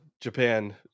Japan